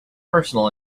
personal